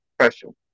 special